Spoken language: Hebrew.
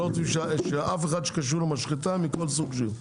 אתם לא רוצים שאף אחד שקשור למשחטה מכל סוג שהוא.